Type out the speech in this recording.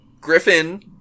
Griffin